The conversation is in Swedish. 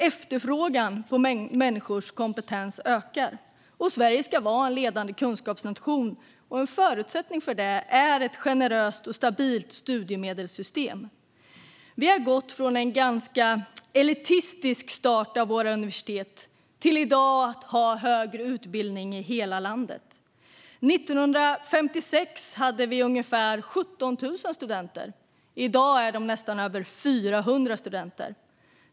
Efterfrågan på människors kompetens ökar, och Sverige ska vara en ledande kunskapsnation. En förutsättning för det är ett generöst och stabilt studiemedelssystem. Vi har gått från att ha ganska elitistiska universitet till att ha högre utbildning i hela landet. År 1956 hade vi ungefär 17 000 studenter. I dag är det över 400 000 studenter.